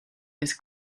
this